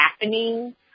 happening